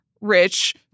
rich